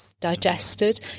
Digested